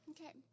Okay